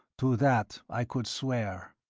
to that i could swear.